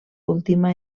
última